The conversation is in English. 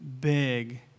big